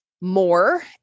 more